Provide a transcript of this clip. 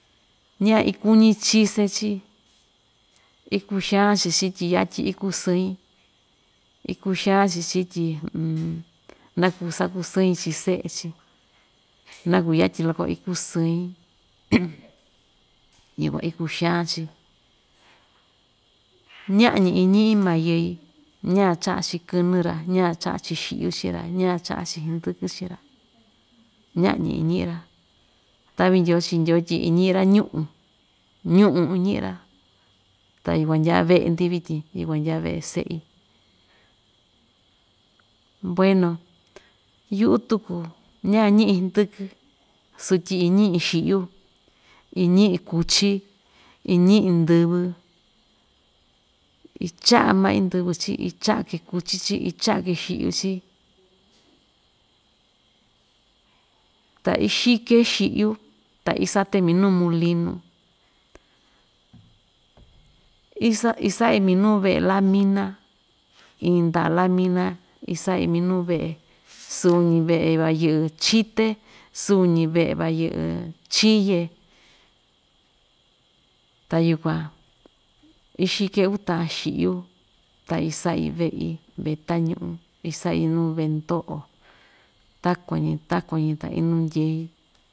Ña-ikuñi chisé chii, ikuxan‑chi chí tyi yatyi ikusɨ‑in ikuxan‑chi chi tyi naku sakusɨɨ‑in chi se'e‑chi, naku yatyi loko ikusɨɨ‑in yukuan ikuxan‑chi, ña'ñi iñi'i ma yɨi ña cha'a‑chi kɨnɨ‑ra ña cha'a‑chi xi'yu chii‑ra ña cha'a‑chi hndɨkɨ chii‑ra ña'ñi iñi'i‑ra ta'vi ndyoo chi ndyoo tyi iñi'i‑ra ñu'un, ñu'un iñi'i‑ra ta yukuan ndyaa ve'e‑ndi vityin yukuan ndyaa ve'e se'i bueno yu'u tuku ñañi'i hndɨkɨ sutyi iñi'i xi'yu iñi'i kuchí iñi'i ndivɨ icha'a ma'i ndɨvɨ chii, icha'a‑ke kuchi chií, icha'a‑ke xi'yu chií, ta ixi‑ke xi'yu ta isate minu molinu isa isa'i minuu ve'e lamina iin nda'a lamina isa'i minuu ve'e suñi ve'e van yɨ'ɨ chité suñi ve'e van yɨ'ɨ chiye ta yukuan ixi‑ke uu ta'a xi'yu ta isa'i ve'i ve'e ta'an ñu'un isa'i nuu ve'e ndo'o takuan‑ñi takuan‑ñi ta indu ndyei.